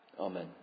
Amen